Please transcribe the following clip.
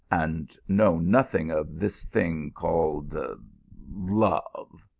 and know nothing of this thing called love.